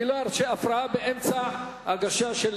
אני לא ארשה הפרעה באמצע הגשה של